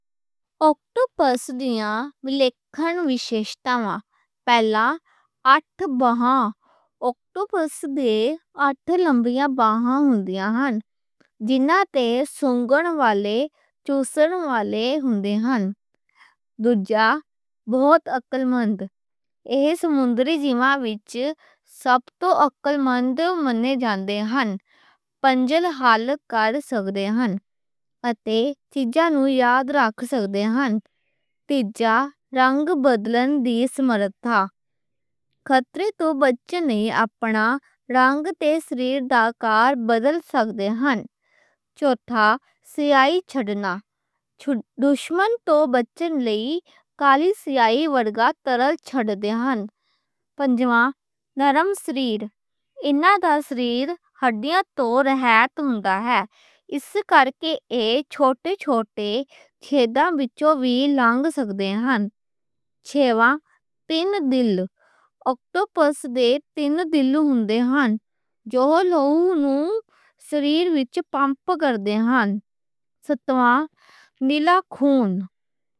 اوٹوپس دیاں وِلاکھنی وِشیشتاں ہن۔ پہلا، انہاں دے بازواں تے سنگن آلے چُوسن آلے ہن۔ دوجا، بہتاں عقل مند اے، سمندری جانداراں وچ سَب توں عقلمند مَنے جاندے ہن تے چیزاں نوں یاد رکھ سکدے ہن۔ تیجا، رنگ بدلنے دی سمرتھا، خطرے توں بچن لئی اپنا رنگ تے آکار بدل سکدے ہن۔ چوتھا، سیاہی چھڈنا دشمن توں بچن لئی کالی سیاہی چھڈ دے ہن۔ پنجواں، نرم سَرا، انہاں دا سَرا ہڈیاں توں رہِت ہوندا ہے اس کر کے ایہ ہنیرے ہنیرے سوراخاں وچوں وی لنگ سکدے ہن۔ چھِویں، تِن دل، اوٹوپس دے تِن دل ہندے ہن جو لہو شریر وچ پمپ کردے ہن۔ ستواں، نیلا خون۔